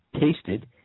tasted